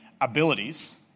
abilities